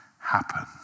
happen